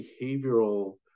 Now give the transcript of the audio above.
behavioral